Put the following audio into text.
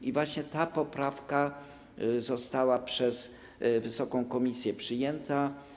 I właśnie ta poprawka została przez wysoką komisję przyjęta.